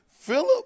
Philip